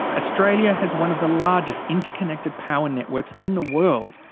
australia has one of the largest interconnected power networks in the world.